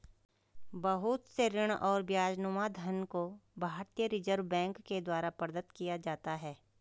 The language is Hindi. बहुत से ऋण और ब्याजनुमा धन को भारतीय रिजर्ब बैंक के द्वारा प्रदत्त किया जाता है